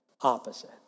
opposite